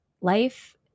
life